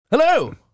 Hello